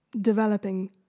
developing